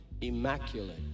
immaculate